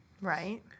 Right